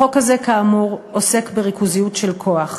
החוק הזה, כאמור, עוסק בריכוזיות של כוח.